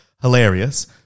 Hilarious